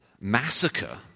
massacre